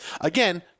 again